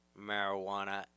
marijuana